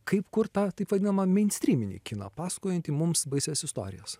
kaip kurt tą taip vadinamą meinstryminį kiną pasakojantį mums baisias istorijas